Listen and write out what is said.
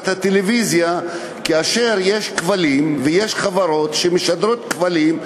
הטלוויזיה כאשר יש כבלים ויש חברות שמשדרות בכבלים,